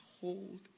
hold